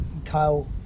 Kyle